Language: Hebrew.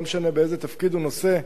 לא משנה באיזה תפקיד הוא נושא,